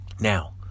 now